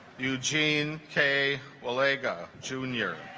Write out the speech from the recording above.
eugene k omega jr.